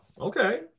Okay